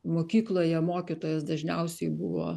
mokykloje mokytojos dažniausiai buvo